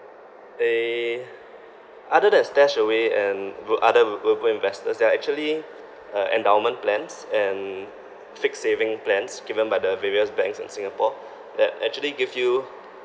they other than stashaway and ro~ other robo investors there are actually uh endowment plans and fixed saving plans given by the various banks in singapore that actually give you